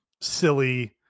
silly